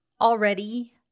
already